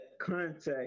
context